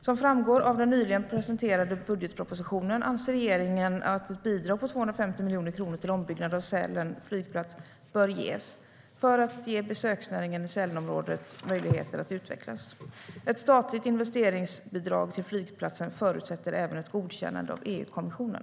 Som framgår av den nyligen presenterade budgetpropositionen anser regeringen att ett bidrag på 250 miljoner kronor till ombyggnad av Sälens flygplats bör ges för att ge besöksnäringen i Sälenområdet möjligheter att utvecklas. Ett statligt investeringsbidrag till flygplatsen förutsätter även ett godkännande av EU-kommissionen.